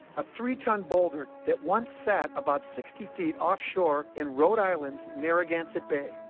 a three ton boulder that once sat about sixty feet offshore in rhode island's narragansett bay.